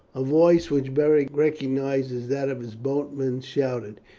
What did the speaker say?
a voice, which beric recognized as that of his boatman, shouted.